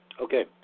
Okay